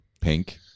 pink